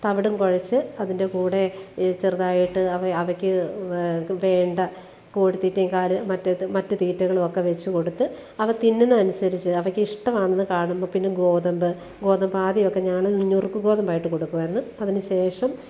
തവിടും കുഴച്ച് അതിന്റെകൂടെ ഈ ചെറുതായിട്ട് അവ അവയ്ക്ക് വേണ്ട കോഴിത്തീറ്റേക്കാരു മറ്റത്ത് മറ്റ് തീറ്റകളുവൊക്കെ വെച്ച് കൊടുത്ത് അവ തിന്നുന്ന അനുസരിച്ച് അവയ്ക്കിഷ്ടമാണെന്ന് കാണുമ്പം പിന്നെ ഗോതമ്പ് ഗോതമ്പാദ്യവൊക്കെ ഞാണ് ഞുറ്ക്ക് ഗോതമ്പായിട്ട് കൊടുക്കുമായിരുന്നു അതിന് ശേഷം